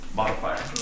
modifier